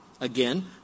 Again